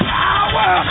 power